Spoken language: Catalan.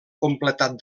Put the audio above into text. completat